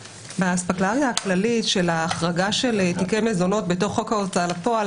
באספקלריה הכללית של ההחרגה של תיקי מזונות בתוך חוק ההוצאה לפועל,